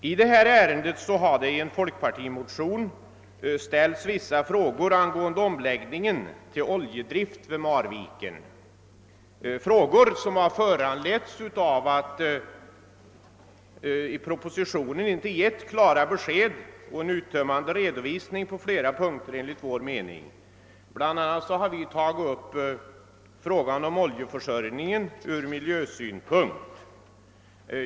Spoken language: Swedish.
I detta ärende har i ett motionspar från folkpartiet ställts vissa frågor angående omläggningen till oljedrift vid Marviken — frågor som föranletts av att det enligt vår mening i propositionen inte har givits klara besked och en uttömmande redovisning på flera punkter. Bl.a. har vi tagit upp frågan om oljeförsörjningen ur miljösynpunkt.